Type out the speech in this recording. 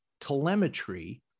telemetry